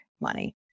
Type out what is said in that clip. money